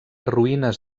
ruïnes